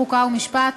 חוק ומשפט,